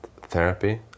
therapy